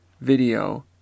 video